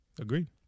Agreed